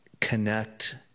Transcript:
connect